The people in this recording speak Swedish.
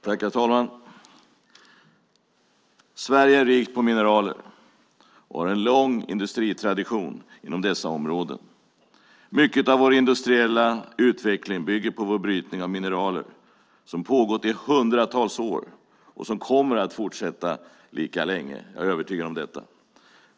Herr talman! Sverige är rikt på mineraler. Vi har en lång industritradition inom dessa områden. Mycket av vår industriella utveckling bygger på vår brytning av mineraler som pågått i hundratals år och som kommer att fortsätta lika länge. Jag är övertygad om detta.